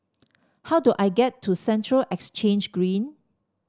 how do I get to Central Exchange Green